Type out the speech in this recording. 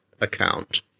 account